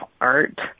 art